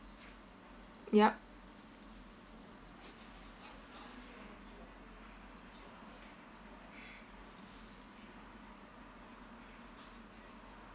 yup